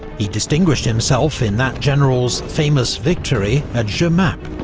he distinguished himself in that general's famous victory at jemappes,